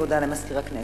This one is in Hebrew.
הודעה למזכיר הכנסת.